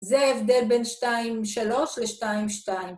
‫זה ההבדל בין 2.3 ל-2.2.